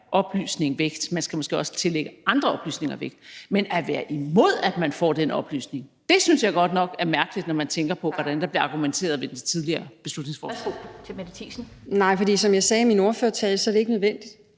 oplysning vægt. Man skal måske også tillægge andre oplysninger vægt. Men at være imod, at man får den oplysning, synes jeg godt nok er mærkeligt, når man tænker på, hvordan der blev argumenteret ved det tidligere beslutningsforslag. Kl. 20:13 Den fg. formand (Annette Lind):